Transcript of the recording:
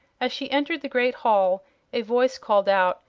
as she entered the great hall a voice called out,